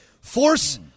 force